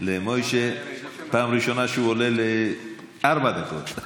מוישה, זו פעם ראשונה שהוא עולה, ארבע דקות.